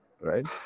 right